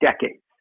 decades